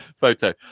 photo